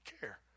care